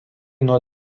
nuo